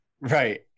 Right